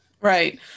Right